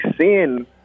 seeing